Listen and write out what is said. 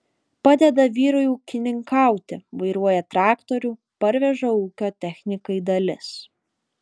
padeda vyrui ūkininkauti vairuoja traktorių parveža ūkio technikai dalis